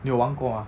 你有玩过吗